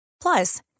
Plus